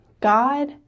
God